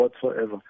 whatsoever